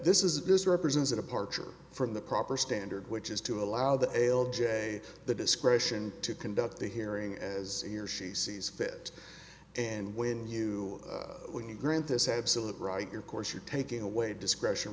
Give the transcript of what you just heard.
this is this represents a departure from the proper standard which is to allow the l j the discretion to conduct the hearing as your she sees fit and when you when you grant this absolute right your course you're taking away discretion